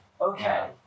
okay